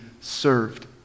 served